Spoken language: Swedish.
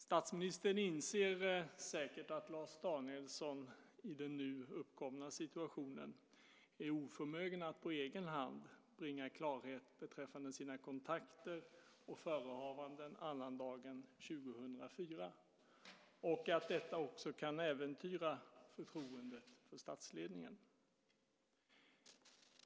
Statsministern inser säkert att Lars Danielsson i den nu uppkomna situationen är oförmögen att på egen hand bringa klarhet beträffande sina kontakter och förehavanden annandagen 2004 och att detta också kan äventyra förtroendet för statsledningen.